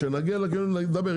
כשנגיע לקמעונאים נדבר.